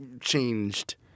changed